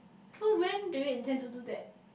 so when do you intend to do that